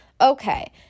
Okay